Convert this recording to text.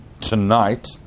tonight